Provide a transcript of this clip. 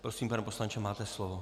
Prosím, pane poslanče, máte slovo.